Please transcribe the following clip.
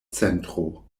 centro